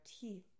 teeth